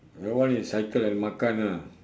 that one is cycle and makan ah